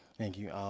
thank you.